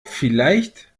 vielleicht